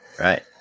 Right